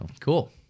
Cool